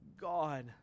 God